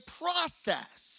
process